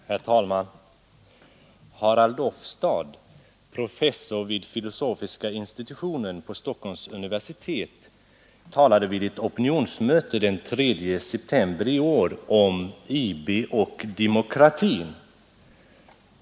Herr talman! Harald Ofstad, professor vid filosofiska institutionen på Stockholms universitet, talade vid ett opinionsmöte den 3 september i år om ”IB och demokratin”.